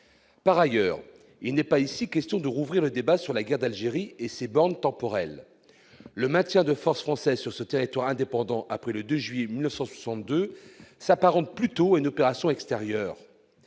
Par ailleurs, il n'est pas question en l'occurrence de rouvrir le débat sur la guerre d'Algérie et ses bornes temporelles. Le maintien de forces françaises sur ce territoire indépendant après le 2 juillet 1962 s'apparente plutôt à une opération extérieure.